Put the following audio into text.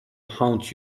haunt